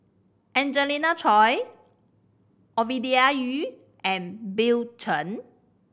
Angelina Choy Ovidia Yu and Bill Chen